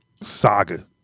saga